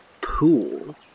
pool